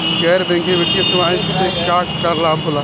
गैर बैंकिंग वित्तीय सेवाएं से का का लाभ होला?